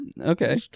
Okay